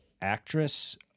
actress